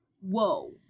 whoa